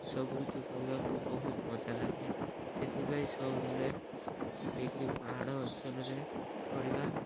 ସବୁକିଛୁ କରିବାକୁ ବହୁତ ମଜା ଲାଗେ ସେଥିପାଇଁ ସବୁବେଲେ ପିକ୍ନିକ୍ ପାହାଡ଼ ଅଞ୍ଚଲରେ କରିବା